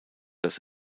das